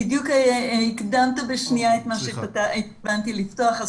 בדיוק הקדמת בשנייה את מה שהתכוונתי לפתוח,